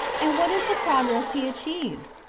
and what is the progress he achieves?